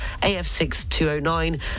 AF6209